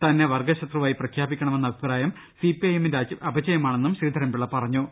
തന്നെ വർഗ ശത്രുവായി പ്രഖ്യാപിക്കണമെന്ന അഭിപ്രായം സിപിഐഎമ്മിന്റെ അപചയമാണെന്നും ശ്രീധരൻപിള്ള പറഞ്ഞു